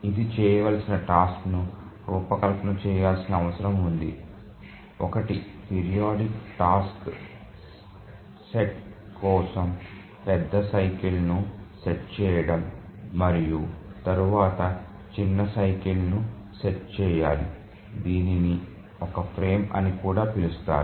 ఇది చేయవలసిన టాస్క్ ను రూపకల్పన చేయాల్సిన అవసరం ఉంది ఒకటి పీరియాడిక్ టాస్క్ సెట్ కోసం పెద్ద సైకిల్ ను సెట్ చేయడం మరియు తరువాత చిన్న సైకిల్ ను సెట్ చేయాలి దీనిని ఒక ఫ్రేమ్ అని కూడా పిలుస్తారు